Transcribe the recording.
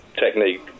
technique